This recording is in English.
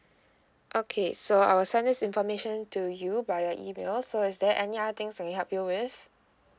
okay so I will send this information to you via email so is there any other things I can help you with